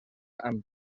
amb